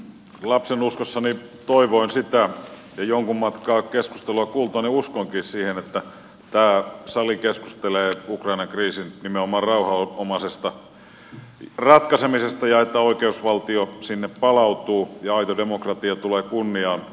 lapsenuskossani toivoin sitä ja jonkun matkaa keskustelua kuultuani uskoinkin siihen että tämä sali keskustelee ukrainan kriisin nimenomaan rauhanomaisesta ratkaisemisesta ja että oikeusvaltio sinne palautuu ja aito demokratia tulee kunniaan